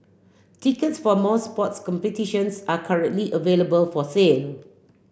tickets for most sports competitions are currently available for sale